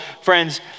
friends